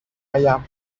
آیم